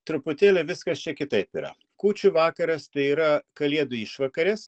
truputėlį viskas čia kitaip yra kūčių vakaras tai yra kalėdų išvakarės